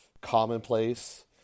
commonplace